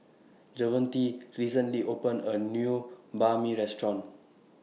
Javonte recently opened A New Banh MI Restaurant